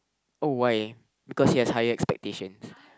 oh why because he has higher expectations